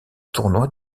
tournoi